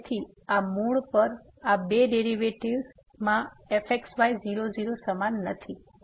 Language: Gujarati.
તેથી આ મૂળ પર આ બે ડેરિવેટિવ્ઝ પર આ fxy00 સમાન નથી